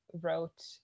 wrote